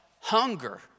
hunger